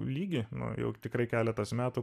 lygį nuo jog tikrai keletas metų